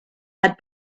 had